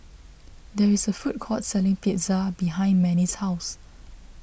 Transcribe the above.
there is a food court selling Pizza behind Manie's house